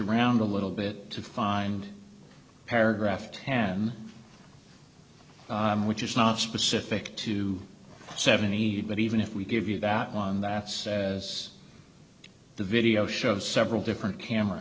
around a little bit to find paragraph ten which is not specific to seventy but even if we give you that one that says the video shows several different camera